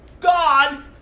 God